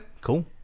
cool